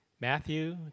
Matthew